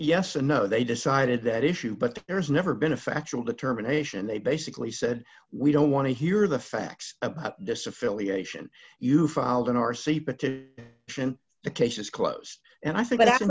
yes and no they decided that issue but there's never been a factual determination they basically said we don't want to hear the facts of this affiliation you filed in our sleep or to the case is closed and i think that